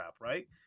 right